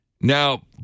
Now